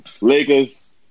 Lakers